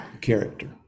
character